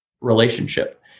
relationship